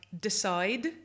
decide